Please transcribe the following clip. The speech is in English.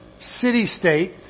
city-state